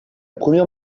première